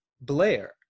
Blair